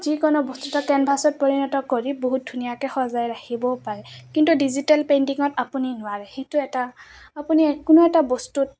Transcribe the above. যিকোনো বস্তু এটা কেনভাছত পৰিণত কৰি বহুত ধুনীয়াকৈ সজাই ৰাখিবও পাৰে কিন্তু ডিজিটেল পেইণ্টিঙত আপুনি নোৱাৰে সেইটো এটা আপুনি কোনো এটা বস্তুত